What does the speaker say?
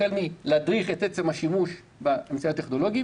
החל מלהדריך על השימוש באמצעים הטכנולוגיים